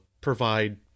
provide